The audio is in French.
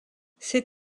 ses